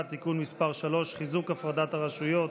(תיקון מס' 3) (חיזוק הפרדת הרשויות),